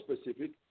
specific